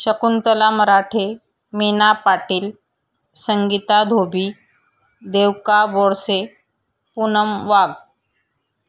शकुंतला मराठे मीना पाटील संगीता धोबी देवका बोडसे पुनम वाग